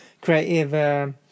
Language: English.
creative